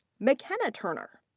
mckenna turner.